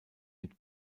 mit